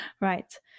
right